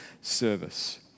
service